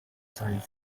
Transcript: since